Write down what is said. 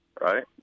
right